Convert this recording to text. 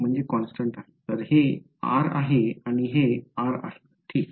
तर हे r आहे आणि हे r आहे ठीक